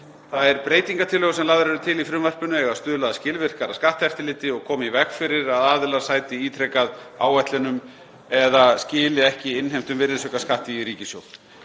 Þær breytingartillögur sem lagðar eru til í frumvarpinu eiga að stuðla að skilvirkara skatteftirliti og koma í veg fyrir að aðilar sæti ítrekað áætlunum eða skili ekki innheimtum virðisaukaskatti í ríkissjóð.